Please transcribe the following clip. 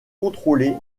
contrôlé